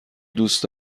دوست